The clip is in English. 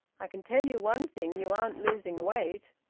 i can tell you one thing you aren't losing weight.